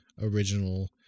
original